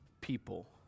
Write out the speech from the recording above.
people